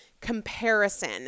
comparison